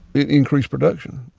it increased production.